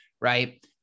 right